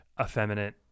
effeminate